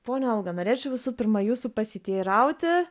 ponia olga norėčiau visų pirma jūsų pasiteirauti